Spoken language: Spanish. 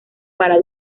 para